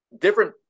different